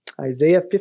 Isaiah